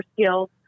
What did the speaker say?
skills